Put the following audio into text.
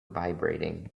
vibrating